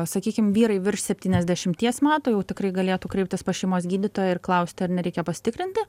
sakykim vyrai virš septyniasdešimties metų jau tikrai galėtų kreiptis pas šeimos gydytoją ir klausti ar nereikia pasitikrinti